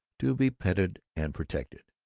to be petted and protected.